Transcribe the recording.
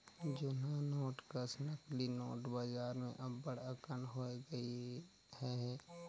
जुनहा नोट कस नकली नोट बजार में अब्बड़ अकन होए गइन अहें